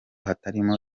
hatarimo